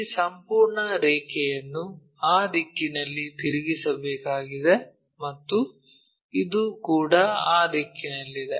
ಈ ಸಂಪೂರ್ಣ ರೇಖೆಯನ್ನು ಆ ದಿಕ್ಕಿನಲ್ಲಿ ತಿರುಗಿಸಬೇಕಾಗಿದೆ ಮತ್ತು ಇದು ಕೂಡ ಆ ದಿಕ್ಕಿನಲ್ಲಿದೆ